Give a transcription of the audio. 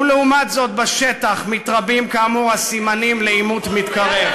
ולעומת זאת בשטח מתרבים כאמור הסימנים לעימות מתקרב.